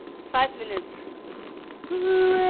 five minutes gloom